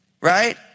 right